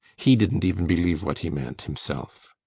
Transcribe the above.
he didn't even believe what he meant, himself.